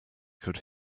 could